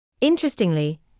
Interestingly